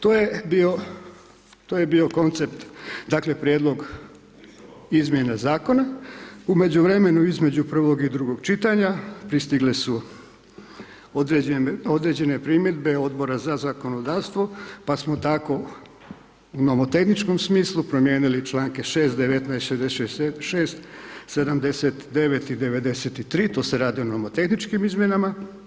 To je bio, to je bio koncept dakle prijedlog izmjena zakona, u međuvremenu između prvog i drugog čitanja pristigle su određene primjedbe Odbora za zakonodavstvo pa samo tako u nomotehničkom smislu promijenili članke 6., 19., 66., 79. i 93. tu se radi o nomotehničkim izmjenama.